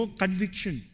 conviction